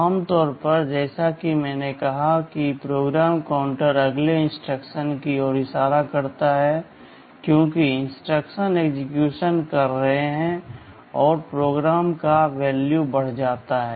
आम तौर पर जैसा कि मैंने कहा कि PC अगले इंस्ट्रक्शन की ओर इशारा करता है क्योंकि इंस्ट्रक्शन एक्सेक्यूशन कर रहे हैं PC का मान बढ़ जाता है